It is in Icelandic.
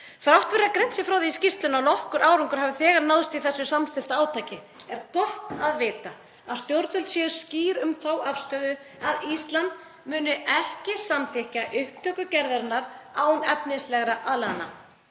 Þrátt fyrir að greint sé frá því í skýrslunni að nokkur árangur hafi þegar náðst í þessu samstillta átaki er gott að vita að stjórnvöld séu skýr um þá afstöðu að Ísland muni ekki samþykkja upptöku gerðarinnar án efnislegra aðlagana.